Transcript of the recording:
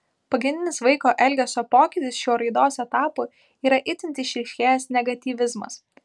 pagrindinis vaiko elgesio pokytis šiuo raidos etapu yra itin išryškėjęs negatyvizmas